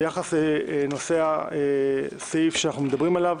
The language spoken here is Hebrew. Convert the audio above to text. ביחס לסעיף שאנחנו מדברים עליו